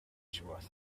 carriage